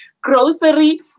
grocery